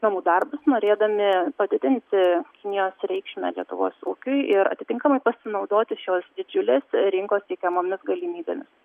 namų darbus norėdami padidinti kinijos reikšmę lietuvos ūkiui ir atitinkamai pasinaudoti šios didžiulės rinkos teikiamomis galimybėmis